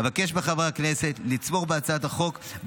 אבקש מחברי הכנסת לתמוך בהצעת החוק,